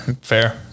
Fair